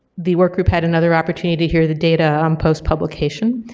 the workgroup had another opportunity to hear the data on post-publication.